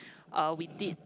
uh we did